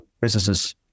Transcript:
Businesses